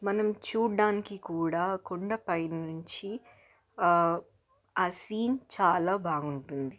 మనం చూడడానికి కూడా కొండపై నుంచి ఆ సీన్ చాలా బాగుంటుంది